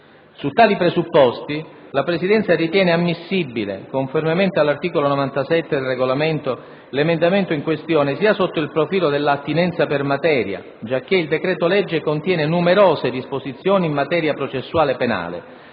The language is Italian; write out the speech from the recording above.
Su tali presupposti, la Presidenza ritiene ammissibile, conformemente all'articolo 97 del Regolamento, l'emendamento in questione sia sotto il profilo della attinenza per materia - giacché il decreto-legge contiene numerose disposizioni in materia processuale penale